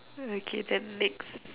okay then next